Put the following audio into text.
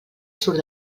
surt